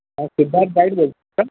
हां सिद्धार्त गाईड बोलत आहेत का